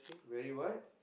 very what